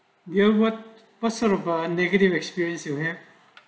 your what what such of negative experiences you have